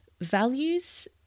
values